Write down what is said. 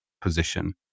position